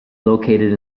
located